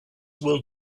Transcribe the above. will